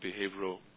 behavioral